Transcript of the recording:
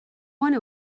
one